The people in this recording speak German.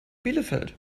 bielefeld